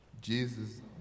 Jesus